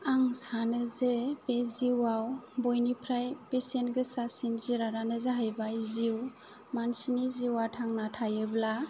आं सानो जे बे जिवाव बयनिफ्राय बेसेनगोसासिन जिरादानो जाहैबाय जिउ मानसिनि जिवा थांना थायोब्ला